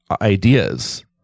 ideas